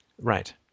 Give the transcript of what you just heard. right